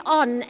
on